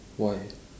why